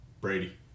brady